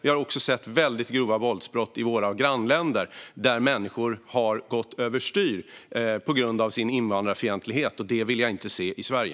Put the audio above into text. Vi har sett väldigt grova våldsbrott också i våra grannländer, där människor har gått för långt på grund av sin invandrarfientlighet. Det vill jag inte se i Sverige.